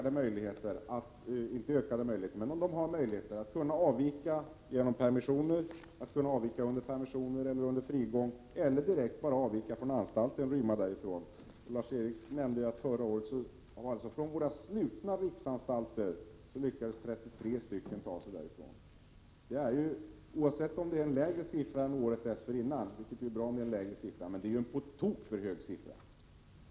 De får inte ha möjlighet att avvika under permission, frigång eller rymma direkt från anstalten. Lars-Erik Lövdén nämnde att 33 stycken förra året lyckades ta sig från våra slutna riksanstalter. Oavsett om det är en lägre siffra än året dessförinnan, vilket vore bra, är det en på tok för hög siffra.